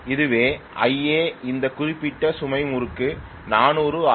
இதுவே Ia இந்த குறிப்பிட்ட சுமை முறுக்கு 400 ஆர்